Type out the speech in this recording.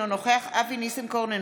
אינו נוכח אבי ניסנקורן,